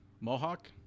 Mohawk